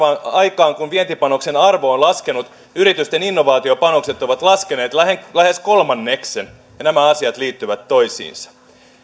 aikaan kun vientipanoksen arvo on laskenut yritysten innovaatiopanokset ovat laskeneet lähes lähes kolmanneksen ja nämä asiat liittyvät toisiinsa